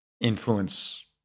influence